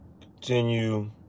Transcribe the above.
Continue